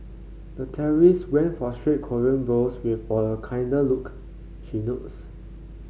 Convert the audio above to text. the terrorist went for straight Korean brows with for a kinder look she notes